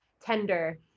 tender